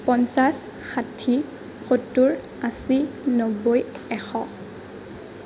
পঞ্চাছ ষাঠি সত্তৰ আশী নব্বৈ এশ